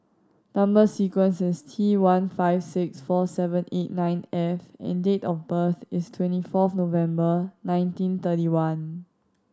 number sequence is T one five six four seven eight nine F and date of birth is twenty fourth November nineteen thirty one